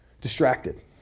distracted